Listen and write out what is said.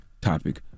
topic